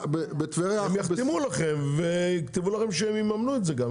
הם יחתמו לכם ויכתבו לכם שהם יממנו את זה גם,